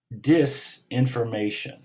Disinformation